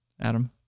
Adam